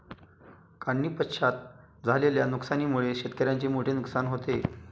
काढणीपश्चात झालेल्या नुकसानीमुळे शेतकऱ्याचे मोठे नुकसान होते